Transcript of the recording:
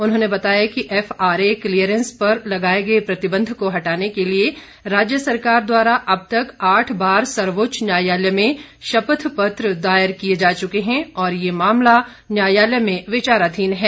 उन्होंने बताया कि एफआरए क्लीयरेंस पर लगाए गए प्रतिबंध को हटाने के लिए राज्य सरकार द्वारा अब तक आठ बार सर्वोच्च न्यायालय में शपथ पत्र दायर किए जा चुके है और ये मामला न्यायालय में विचाराधीन है